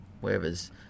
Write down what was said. whereas